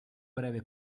breve